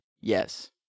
yes